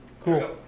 Cool